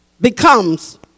Becomes